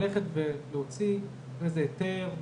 וסופיות הדיון.